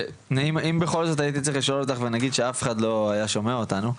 ואם בכל זאת הייתי צריך לשאול אותך ונגיד שאף אחד לא היה שומע אותנו,